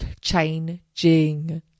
changing